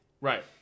Right